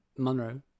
Monroe